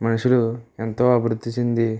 మనుషులు ఎంతో అభివృద్ధి చెంది